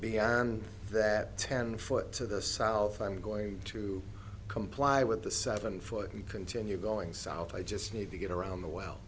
beyond that ten foot to the south i'm going to comply with the seven foot and continue going south i just need to get around the well